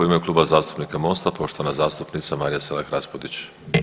U ime Kluba zastupnika MOST-a, poštovana zastupnica Marija Selak Raspudić.